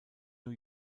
new